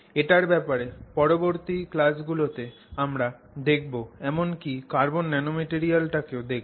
এটার ব্যাপারে পরবর্তী ক্লাস গুলোতে আমরা দেখবো এমন কি কার্বন ন্যানোম্যাটেরিয়ালটাকেও দেখবো